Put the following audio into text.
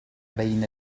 بين